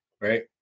Right